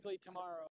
tomorrow